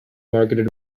marketed